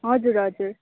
हजुर हजुर